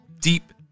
deep